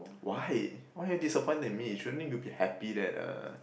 why why are you disappointed in me shouldn't you be happy that uh